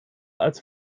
als